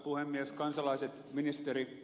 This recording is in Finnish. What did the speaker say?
kansalaiset ministerit